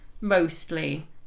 mostly